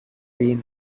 been